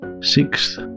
Sixth